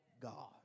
God